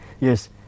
Yes